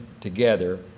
together